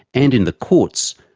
and in the courts,